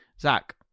Zach